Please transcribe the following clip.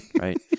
Right